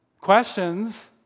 Questions